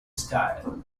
style